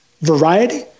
variety